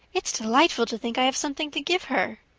it's delightful to think i have something to give her.